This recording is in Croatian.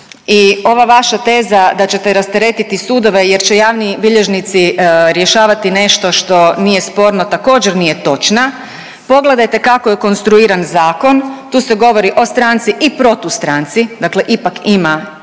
ova vaša teza da ćete rasteretiti sudove jer će javni bilježnici rješavati nešto što nije sporno također, nije točna. Pogledajte kako je konstruiran zakon. Tu se govori o stranci i protustranci, dakle ipak ima